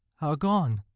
are gone,